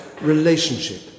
relationship